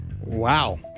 Wow